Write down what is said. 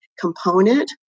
component